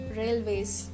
railways